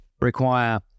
require